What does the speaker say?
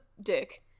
Dick